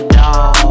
dog